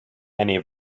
any